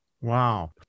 Wow